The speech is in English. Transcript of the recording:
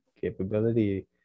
capability